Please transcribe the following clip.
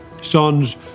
sons